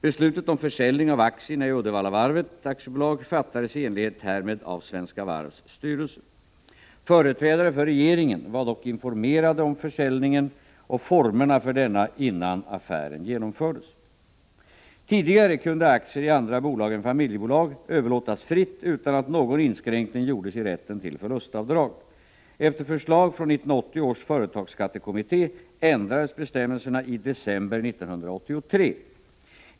Beslutet om försäljning av aktierna i Uddevallavarvet AB fattades i enlighet härmed av Svenska Varvs styrelse. Företrädare för regeringen var dock informerade om försäljningen och formerna för denna innan affären genomfördes. Tidigare kunde aktier i andra bolag än familjebolag överlåtas fritt utan att någon inskränkning gjordes i rätten till förlustavdrag. Efter förslag från 1980 års företagsskattekommitté ändrades bestämmelserna i december 1983.